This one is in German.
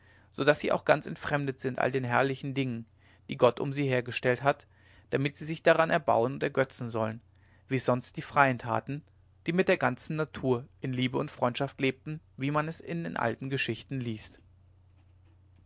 so daß sie auch ganz entfremdet sind all den herrlichen dingen die gott um sie hergestellt hat damit sie sich daran erbauen und ergötzen sollen wie es sonst die freien taten die mit der ganzen natur in liebe und freundschaft lebten wie man es in den alten geschichten lieset